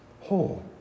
whole